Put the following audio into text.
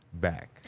back